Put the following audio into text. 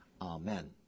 Amen